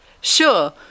Sure